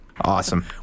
Awesome